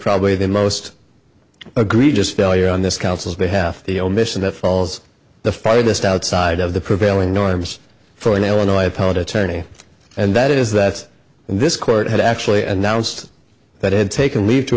probably the most egregious failure on this counsel's behalf the omission that falls the farthest outside of the prevailing norms for an illinois appellate attorney and that is that this court had actually announced that it had taken leave to